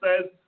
says